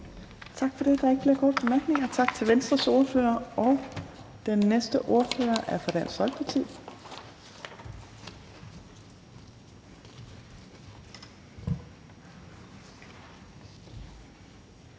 tak for det. Der er ikke flere korte bemærkninger. Tak til Venstres ordfører. Den næste ordfører er fra Dansk Folkeparti.